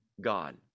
God